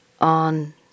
on